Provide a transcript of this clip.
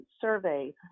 survey